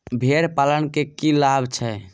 भेड़ पालन केँ की लाभ छै?